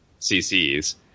cc's